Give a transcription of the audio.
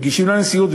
מגישים לנשיאות,